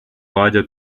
roger